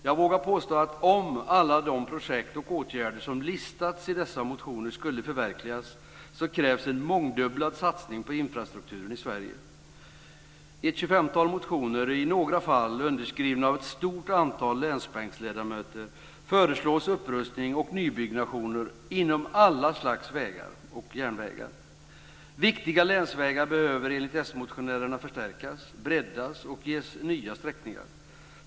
Jag vågar påstå att om alla de projekt och åtgärder som listats i dessa motioner skulle förverkligas så krävs en mångdubblad satsning på infrastrukturen i Sverige. I ett 25-tal motioner, i några fall underskrivna av ett stort antal länsbänksledamöter, föreslås upprustning och nybyggnationer av alla slags vägar och järnvägar. Viktiga länsvägar behöver enligt smotionärerna förstärkas, breddas och ges nya sträckningar.